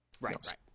Right